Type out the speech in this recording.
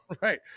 Right